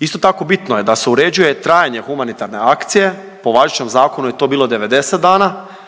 Isto tako bitno je da se uređuje trajanje humanitarne akcije, po važećem zakonu je to bilo 90 dana,